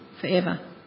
forever